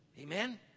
Amen